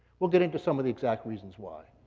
we'll get into some of the exact reasons why.